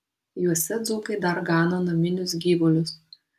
juose dzūkai dar gano naminius gyvulius